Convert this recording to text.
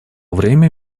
время